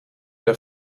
der